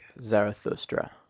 Zarathustra